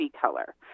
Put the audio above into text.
color